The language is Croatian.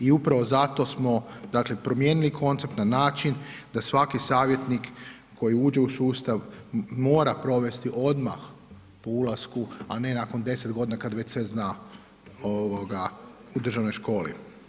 I upravo zato smo promijenili koncept, na način, da svaki savjetnik, koji uđe u sustav, mora provesti odmah, u ulasku, a ne nakon 10 g. kada već sve znamo u državnoj školi.